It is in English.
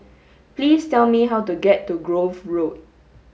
please tell me how to get to Grove Road